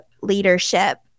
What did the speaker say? Leadership